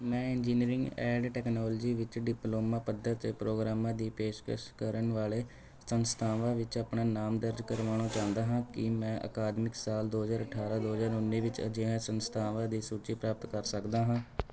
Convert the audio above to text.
ਮੈਂ engineering and technology ਵਿੱਚ diploma ਪੱਧਰ 'ਤੇ ਪ੍ਰੋਗਰਾਮਾਂ ਦੀ ਪੇਸ਼ਕਸ਼ ਕਰਨ ਵਾਲੇ ਸੰਸਥਾਵਾਂ ਵਿੱਚ ਆਪਣਾ ਨਾਮ ਦਰਜ ਕਰਵਾਉਣਾ ਚਾਹੁੰਦਾ ਹਾਂ ਕੀ ਮੈਂ ਅਕਾਦਮਿਕ ਸਾਲ ਦੋ ਹਜ਼ਾਰ ਅਠਾਰਾਂ ਦੋ ਹਜ਼ਾਰ ਉੱਨੀ ਵਿੱਚ ਅਜਿਹੀਆਂ ਸੰਸਥਾਵਾਂ ਦੀ ਸੂਚੀ ਪ੍ਰਾਪਤ ਕਰ ਸਕਦਾ ਹਾਂ